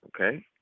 okay